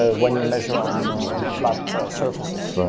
ah when you measure on on flat surfaces. so